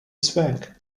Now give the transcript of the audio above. swank